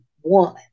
one